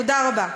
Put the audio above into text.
תודה רבה.